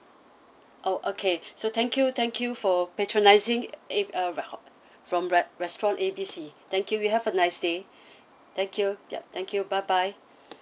oh okay so thank you thank you for patronising eh ah from re~ restaurant A B C thank you you have a nice day thank you yup thank you bye bye